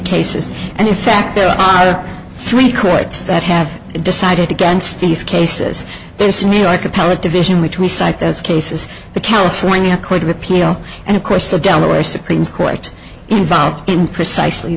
cases and in fact there are a three courts that have decided against these cases there's a new york appellate division which we cite those cases the california court of appeal and of course the delaware supreme court involved in precisely